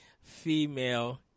female